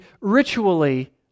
ritually